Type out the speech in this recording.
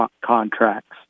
contracts